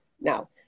Now